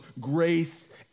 grace